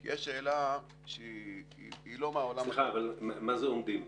סליחה, אבל מה זה עומדים?